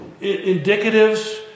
indicatives